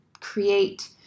create